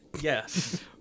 yes